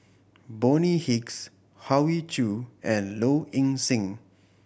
Bonny Hicks Hoey Choo and Low Ing Sing